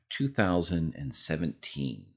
2017